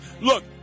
Look